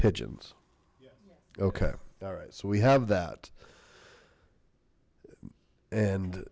pigeons okay all right so we have that and